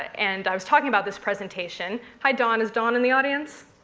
and i was talking about this presentation. hi, dawn. is dawn in the audience?